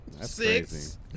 Six